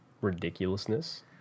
ridiculousness